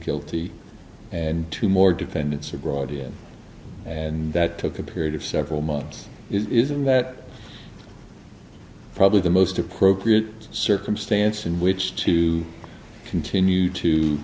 guilty and two more defendants are brought in and that took a period of several months isn't that probably the most appropriate circumstance in which to continue to